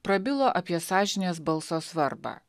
prabilo apie sąžinės balso svarbą